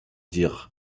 dire